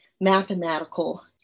mathematical